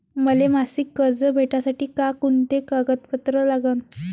मले मासिक कर्ज भेटासाठी का कुंते कागदपत्र लागन?